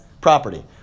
property